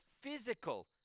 physical